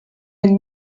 ein